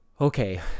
Okay